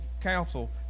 Council